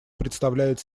представляет